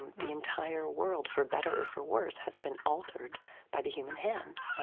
the entire world, for better or for worse, has been altered by the human hand,